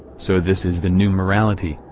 so this is the new morality,